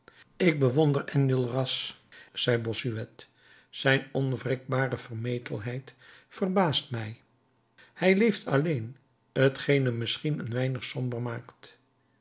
ik bewonder enjolras zei bossuet zijn onwrikbare vermetelheid verbaast mij hij leeft alleen t geen hem misschien een weinig somber maakt